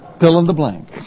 fill-in-the-blank